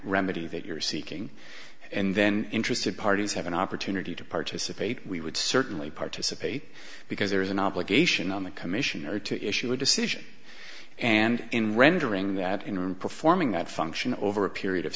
remedy that you're seeking and then interested parties have an opportunity to participate we would certainly participate because there is an obligation on the commissioner to issue a decision and in rendering that in and performing that function over a period of